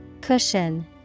Cushion